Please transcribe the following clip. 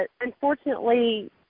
Unfortunately